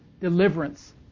deliverance